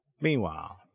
Meanwhile